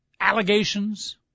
allegations